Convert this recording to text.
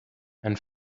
and